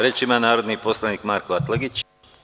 Reč ima narodni poslanik Marko Atlagić.